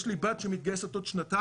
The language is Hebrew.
יש לי בת שמתגייסת עוד שנתיים,